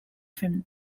famille